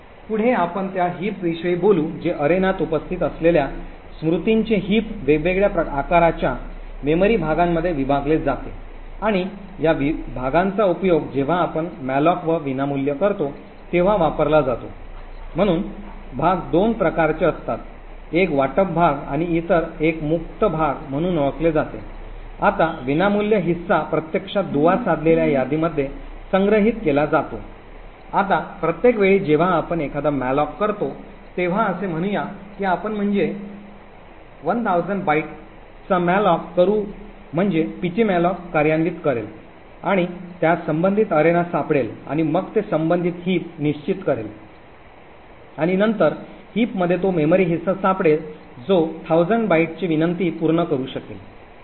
पुढे आपण त्या हिपविषयी बोलू जे अरेनात उपस्थित असलेल्या स्मृतींचे हिप वेगवेगळ्या आकाराच्या मेमरी भागांमध्ये विभागले जाते आणि या भागांचा उपयोग जेव्हा आपण मलोक व विनामूल्य करतो तेव्हा वापरला जातो म्हणून भाग 2 प्रकारचे असतात एक वाटप भाग आणि इतर एक मुक्त भाग म्हणून ओळखले जाते आता विनामूल्य हिस्सा प्रत्यक्षात दुवा साधलेल्या यादीमध्ये संग्रहित केला आहे आता प्रत्येक वेळी जेव्हा आपण एखादा मॅलोक करतो तेव्हा असे म्हणूया की आपण म्हणजे 1000 बाइटचा मॅलोक करु म्हणजे पीटीमॅलोक कार्यान्वित करेल आणि त्यास संबंधित अरेना सापडेल आणि मग ते संबंधित हिप निश्चित करेल आणि नंतर हिप मध्ये तो मेमरी हिस्सा सापडेल जो 1000 बाइटची विनंती पूर्ण करू शकेल